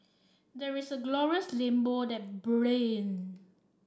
there's a glorious rainbow that bringing